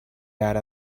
ara